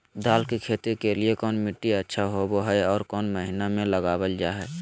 दाल की खेती के लिए कौन मिट्टी अच्छा होबो हाय और कौन महीना में लगाबल जा हाय?